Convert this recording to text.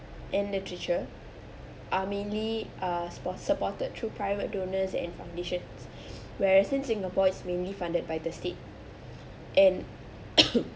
and literature are mainly ah support supported through private donors and foundations whereas in singapore is mainly funded by the state and